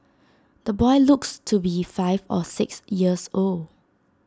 the boy looks to be five or six years old